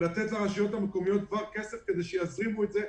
לתת לרשויות המקומיות כסף כדי שיזרימו את זה,